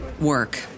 work